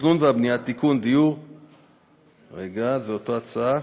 התכנון והבנייה, רגע, זו אותה הצעה.